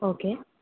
okay